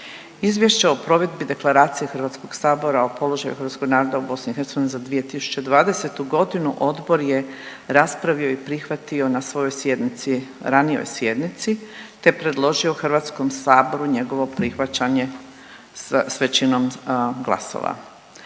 Izvješće o provedbi Deklaracije Hrvatskog sabora o položaju hrvatskog naroda u BiH za 2020. godinu odbor je raspravio i prihvatio na svojoj sjednici, ranijoj sjednici te predložio Hrvatskom saboru njegovo prihvaćanje s većinom glasova.